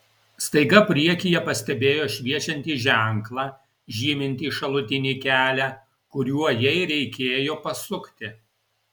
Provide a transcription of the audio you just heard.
staiga priekyje pastebėjo šviečiantį ženklą žymintį šalutinį kelią kuriuo jai reikėjo pasukti